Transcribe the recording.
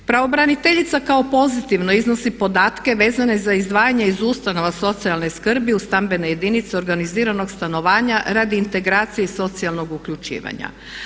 Pravobraniteljica kao pozitivno iznosi podatke vezane za izdvajanje iz ustanova socijalne skrbi u stambene jedinice organiziranog stanovanja radi integracije i socijalnog uključivanja.